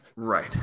Right